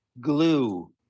glue